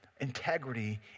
Integrity